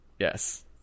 Yes